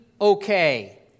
okay